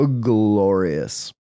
glorious